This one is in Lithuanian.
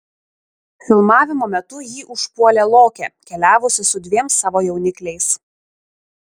filmavimo metu jį užpuolė lokė keliavusi su dviem savo jaunikliais